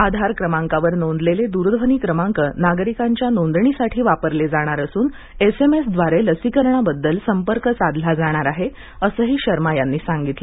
आधार क्रमांकावर नोंदलेले दूरध्वनी क्रमांक नागरिकांच्या नोंदणीसाठी वापरले जाणार असून एसएमएसद्वारे लसीकरणाबद्दल संपर्क साधला जाणार आहे असेही शर्मा यांनी सांगितले